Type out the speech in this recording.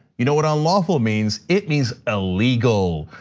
you know what unlawful means, it means illegal.